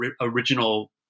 original